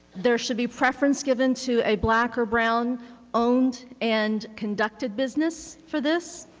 there should be preference given to a black or brown owned and conducted business for this.